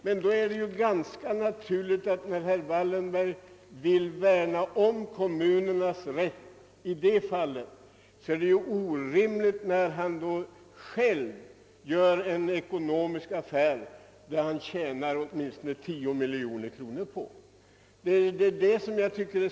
Men om herr Wallenberg vill värna om kommunernas rätt i det fallet, är det desto mer orimligt att han sedan själv gör en affär med en kommun och tjänar åtminstone tio miljoner kronor.